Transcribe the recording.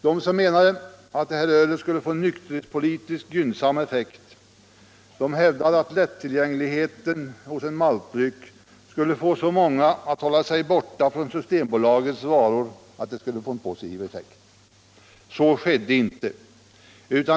De som menade att detta öl skulle få nykterhetspolitiskt gynnsam effekt hävdade att lätttillgängligheten hos en maltdryck skulle få så många att hålla sig borta från Systembolagets varor att detta skulle få positiv effekt. Så skedde inte.